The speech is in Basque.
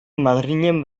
madrilen